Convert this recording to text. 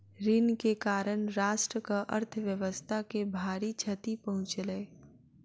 ऋण के कारण राष्ट्रक अर्थव्यवस्था के भारी क्षति पहुँचलै